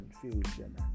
confusion